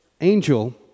angel